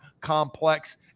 complex